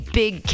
big